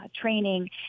training